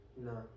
No